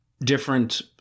different